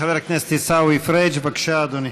חבר הכנסת עיסאווי פריג', בבקשה, אדוני.